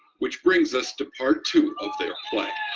which brings us to part two of their play.